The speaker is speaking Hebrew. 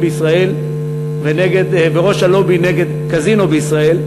בישראל וראש הלובי נגד קזינו בישראל.